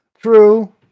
true